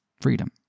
freedom